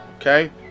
okay